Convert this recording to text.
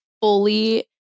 fully